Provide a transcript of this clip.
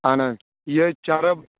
اہن حظ یہِ چَرٕب